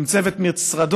עם צוות משרדו,